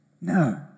No